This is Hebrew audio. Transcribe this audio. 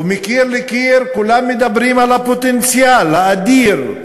וכולם, מקיר לקיר, מדברים על הפוטנציאל האדיר,